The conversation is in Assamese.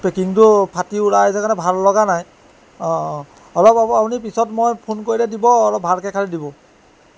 পেকিংটো ফাটি ওলাই আহিছে কাৰণে ভাল লগা নাই অঁ অঁ অলপ আ আপুনি পিছত মই ফোন কৰিলে দিব অলপ ভালকৈ খালি দিব